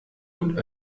und